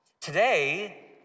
Today